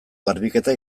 garbiketa